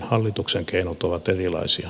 hallituksen keinot ovat erilaisia